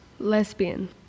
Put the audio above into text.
Lesbian